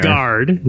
guard